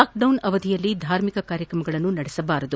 lockdown ಅವಧಿಯಲ್ಲಿ ಧಾರ್ಮಿಕ ಕಾರ್ಯಕ್ರಮಗಳನ್ನು ನಡೆಸಬಾರದು